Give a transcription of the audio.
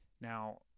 now